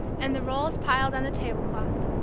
and the rolls piled on the tablecloth.